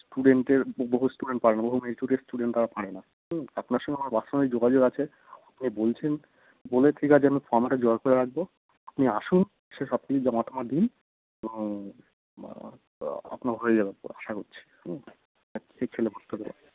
স্টুডেন্টের বহু স্টুডেন্ট পারে না বহু মেরিটোরিয়াস স্টুডেন্ট তারা পায়ে না হুম আপনার সঙ্গে আমার পার্সোনালি যোগাযোগ আছে আপনি বলছেন বলে ঠিক আছে আমি ফর্মটা জোগাড় করে রাখবো আপনি আসুন সেসব কিছু জমা টমা দিন এবং আপনার হয়ে যাবে আশা করছি হুম